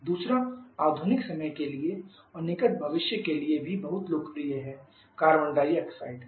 दूसरा आधुनिक समय के लिए और निकट भविष्य के लिए भी बहुत ही लोकप्रिय है कार्बन डाइऑक्साइड है